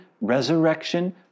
resurrection